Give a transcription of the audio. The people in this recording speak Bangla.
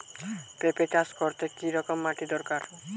পেঁপে চাষ করতে কি রকম মাটির দরকার?